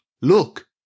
Look